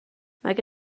مگه